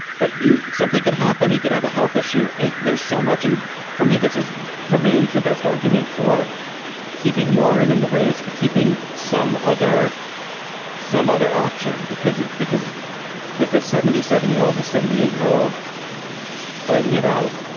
but you something could happen. he could have a health issue. there's so much. and for me, this is remains the best argument for keeping warren in the race, for keeping some other some other option. because because with a seventy seven year old, and a seventy eight year old fighting it out,